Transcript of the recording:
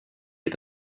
est